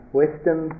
wisdom